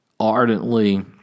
ardently